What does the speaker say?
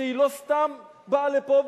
שלא סתם באה לפה,